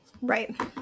right